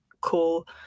cool